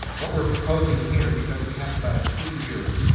what we're proposing here because we have about a two-year